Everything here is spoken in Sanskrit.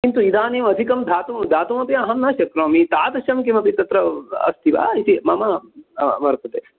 किन्तु इदानीम् अधिकं दातुम् दातुमपि अहं न शक्नोमि तादृशं किमपि तत्र अस्ति वा इति मम वर्तते